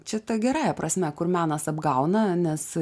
čia ta gerąja prasme kur menas apgauna nes